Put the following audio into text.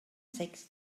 sex